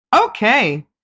Okay